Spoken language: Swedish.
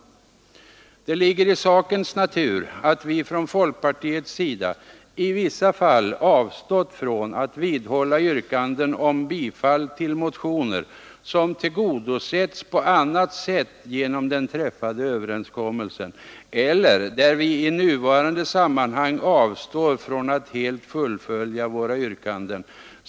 Det ligger i sakens natur att vi från folkpartiets sida i vissa fall avstått från att vidhålla yrkanden om bifall till motioner, som tillgodosetts på annat sätt genom den träffade överenskommelsen, eller där vi i nuvarande sammanhang avstår att helt fullfölja våra yrkanden.